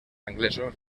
anglesos